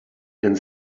and